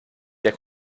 der